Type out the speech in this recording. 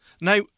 Now